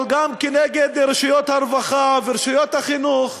אבל גם נגד רשויות הרווחה ורשויות החינוך,